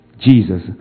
Jesus